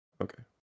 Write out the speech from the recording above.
okay